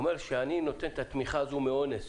אומר שאני נותן את התמיכה הזאת מאונס,